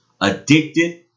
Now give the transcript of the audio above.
addicted